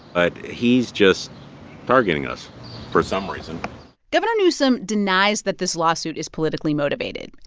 but he's just targeting us for some reason governor newsom denies that this lawsuit is politically motivated.